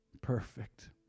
Perfect